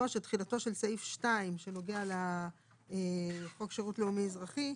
שתחילתו של סעיף 2 שנוגע לחוק שירות לאומי אזרחי,